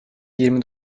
yirmi